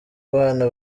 bana